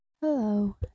hello